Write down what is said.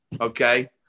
Okay